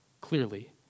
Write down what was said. clearly